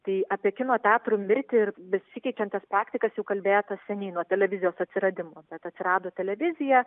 tai apie kino teatrų mirtį ir besikeičiančias praktikas jau kalbėta seniai nuo televizijos atsiradimo bet atsirado televizija